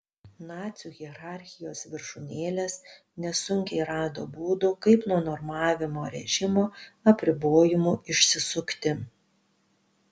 nacių hierarchijos viršūnėlės nesunkiai rado būdų kaip nuo normavimo režimo apribojimų išsisukti